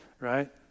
right